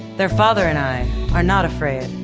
their father and i are not afraid.